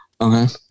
Okay